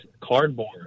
cardboard